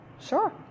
sure